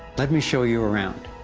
let me show you around.